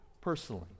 personally